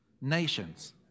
Nations